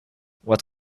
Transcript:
what